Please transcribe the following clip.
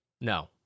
No